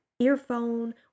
earphone